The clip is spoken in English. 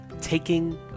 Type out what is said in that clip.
taking